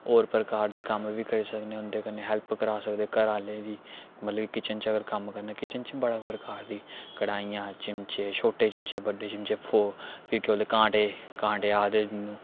होर प्रकार दे कम्म बी करी सकने उं'दे कन्नै हैल्प करा सकदे घर आह्ले दी मतलब कि किचन च अगर कम्म करना किचन च बड़ा प्रकार दी कड़ाहइयां चिमचे छोटे चिमचे बड्डे चिमचे फोक फिर केह् आखदे कांटे कांदे आखदे